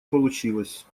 получилось